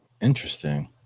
Interesting